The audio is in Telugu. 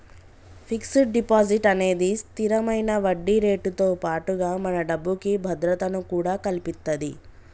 ఫిక్స్డ్ డిపాజిట్ అనేది స్తిరమైన వడ్డీరేటుతో పాటుగా మన డబ్బుకి భద్రతను కూడా కల్పిత్తది